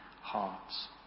hearts